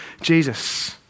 Jesus